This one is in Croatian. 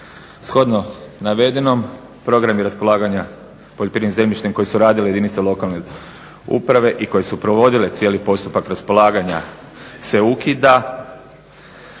Shodno navedenom programi raspolaganja poljoprivrednim zemljištem koje su radile jedinice lokalne uprave i koje su provodile cijeli postupak raspolaganja se ukida,